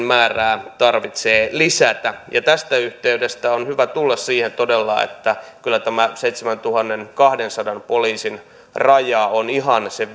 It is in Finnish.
määrää tarvitsee lisätä tästä yhteydestä on todella hyvä tulla siihen että kyllä tämä seitsemäntuhannenkahdensadan poliisin raja on ihan se